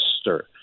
stir